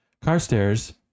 Carstairs